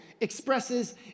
expresses